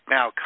Now